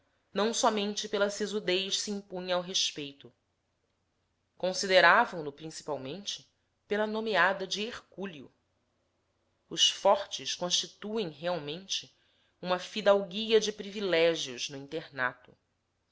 não somente pela sisudez impunha se ao respeito consideravam no principalmente pela nomeada de hercúleo os fortes constituem realmente uma fidalguia de privilégios no internato